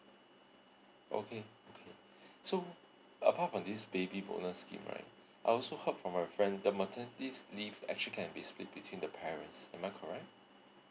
okay K so apart from this baby bonus scheme right I also heard from my friend the maternity leave actually can be split between the parents am I correct